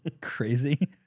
crazy